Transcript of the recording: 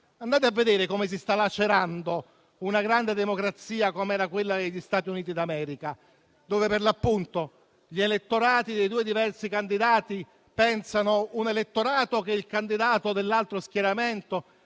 Andate a vedere come si sta lacerando una grande democrazia quale era quella degli Stati Uniti d'America, dove, per l'appunto, gli elettorati dei due diversi candidati pensano: uno, che il candidato dell'altro schieramento